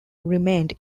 remained